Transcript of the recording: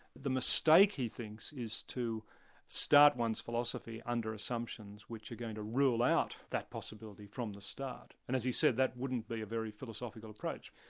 the mistake, he thinks, is to start one's philosophy under assumptions which are going to rule out that possibility from the start, and as he said, that wouldn't be a very philosophical approach.